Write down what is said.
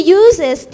uses